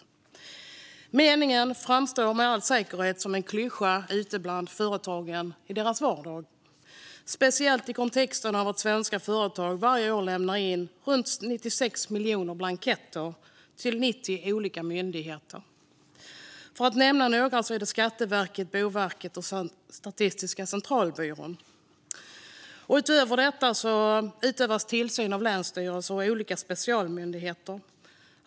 Dessa meningar framstår med all säkerhet som klyschor ute bland företagen i deras vardag, speciellt i ljuset av att svenska företag varje år lämnar in runt 96 miljoner blanketter till 90 olika myndigheter. Några av dessa myndigheter är Skatteverket, Boverket och Statistiska centralbyrån. Utöver detta utövas tillsyn av länsstyrelser och olika specialmyndigheter.